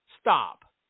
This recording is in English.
Stop